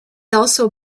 also